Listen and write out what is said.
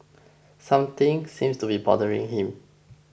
something seems to be bothering him